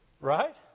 Right